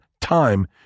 time